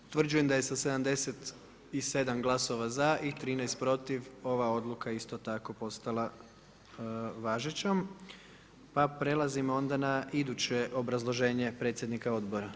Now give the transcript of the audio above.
Utvrđujem da je sa 77 glasova za i 13 protiv ova odluka isto tako postala važećom, pa prelazimo onda na iduće obrazloženje predsjednika odbora.